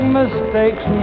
mistakes